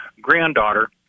granddaughter